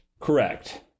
Correct